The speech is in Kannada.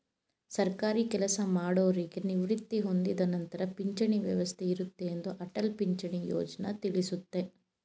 ಸರ್ಕಾರಿ ಕೆಲಸಮಾಡೌರಿಗೆ ನಿವೃತ್ತಿ ಹೊಂದಿದ ನಂತರ ಪಿಂಚಣಿ ವ್ಯವಸ್ಥೆ ಇರುತ್ತೆ ಎಂದು ಅಟಲ್ ಪಿಂಚಣಿ ಯೋಜ್ನ ತಿಳಿಸುತ್ತೆ